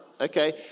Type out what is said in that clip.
Okay